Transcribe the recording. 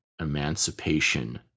Emancipation